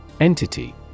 Entity